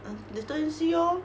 ugh later then see lor